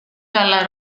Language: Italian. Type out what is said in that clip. dalla